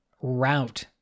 route